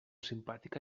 simpàtica